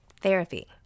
Therapy